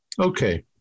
Okay